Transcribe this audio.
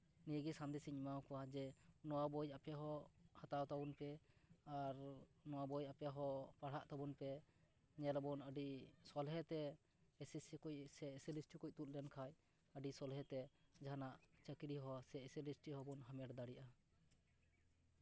ᱱᱤᱭᱟᱹᱜᱮ ᱥᱟᱸᱫᱮᱥᱤᱧ ᱮᱢᱟᱣ ᱠᱚᱣᱟ ᱡᱮ ᱱᱚᱣᱟ ᱵᱳᱭ ᱟᱯᱮ ᱦᱚᱸ ᱦᱟᱛᱟᱣ ᱛᱟᱵᱚᱱ ᱯᱮ ᱟᱨ ᱱᱚᱣᱟ ᱵᱳᱭ ᱟᱯᱮ ᱦᱚᱸ ᱯᱟᱲᱦᱟᱜ ᱛᱟᱵᱚᱱ ᱯᱮ ᱧᱮᱞ ᱟᱵᱚᱱ ᱟᱹᱰᱤ ᱥᱚᱞᱦᱮᱛᱮ ᱮᱥᱹᱮᱥᱹᱥᱤ ᱮᱥᱹᱮᱞᱹᱮᱥᱹᱴᱤ ᱠᱚ ᱛᱩᱫ ᱞᱮᱱᱠᱷᱟᱱ ᱟᱹᱰᱤ ᱥᱚᱞᱦᱮᱛᱮ ᱡᱟᱦᱟᱱᱟᱜ ᱪᱟᱹᱠᱨᱤ ᱦᱚᱸ ᱥᱮ ᱮᱥᱹᱮᱞᱹᱮᱥᱹᱴᱤ ᱦᱚᱸᱵᱚᱱ ᱦᱟᱢᱮᱴ ᱫᱟᱲᱮᱭᱟᱜᱼᱟ